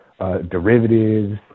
derivatives